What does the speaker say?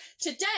Today